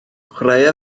chwaraea